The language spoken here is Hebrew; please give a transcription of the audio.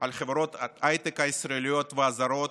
על חברות ההייטק, הישראליות והזרות,